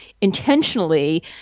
intentionally